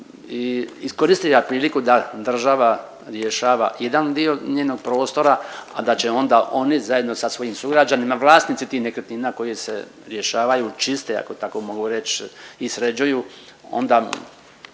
i iskoristila priliku da država rješava jedan dio njenog prostora, a da će onda oni zajedno sa svojim sugrađanima vlasnici tih nekretnina koje se rješavaju čiste, ako tako mogu reć i sređuju, onda